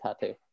tattoo